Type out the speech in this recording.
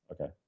Okay